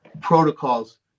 protocols